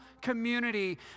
community